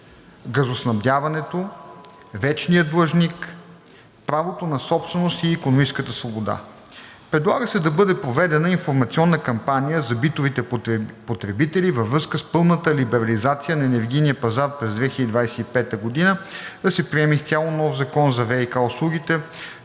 газоснабдяването; - вечният длъжник; - правото на собственост и икономическата свобода. Предлага се да бъде проведена информационна кампания за битовите потребители във връзка с пълната либерализация на енергийния пазар през 2025 г.; да се приеме изцяло нов закон за ВиК услугите,